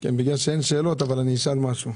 אני יודע שאין שאלות אבל אני אשאל משהו.